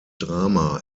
drama